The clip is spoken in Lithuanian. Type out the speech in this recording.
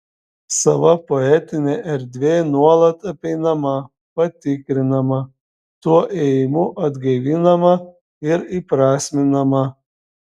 sava poetinė erdvė nuolat apeinama patikrinama tuo ėjimu atgaivinama ir įprasminama